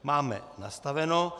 Máme nastaveno.